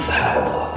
power